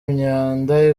imyanda